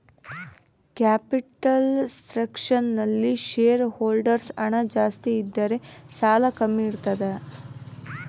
capital structure ನಲ್ಲಿ shareholders ಹಣ ಜಾಸ್ತಿ ಇದ್ದರೆ ಸಾಲ ಕಮ್ಮಿ ಇರ್ತದ